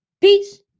Peace